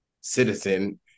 citizen